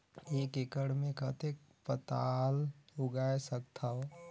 एक एकड़ मे कतेक पताल उगाय सकथव?